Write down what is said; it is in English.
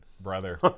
brother